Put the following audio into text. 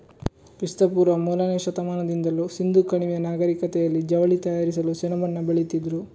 ಕ್ರಿಸ್ತ ಪೂರ್ವ ಮೂರನೇ ಶತಮಾನದಿಂದಲೂ ಸಿಂಧೂ ಕಣಿವೆಯ ನಾಗರಿಕತೆನಲ್ಲಿ ಜವಳಿ ತಯಾರಿಸಲು ಸೆಣಬನ್ನ ಬೆಳೀತಿದ್ರು